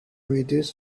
reduce